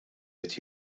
qed